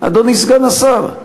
אדוני סגן השר?